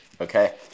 Okay